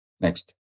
Next